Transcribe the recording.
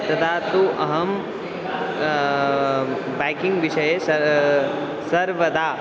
तदा तु अहं बैकिङ्ग् विषये सर् सर्वदा